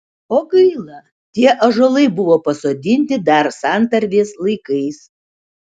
o gaila tie ąžuolai buvo pasodinti dar santarvės laikais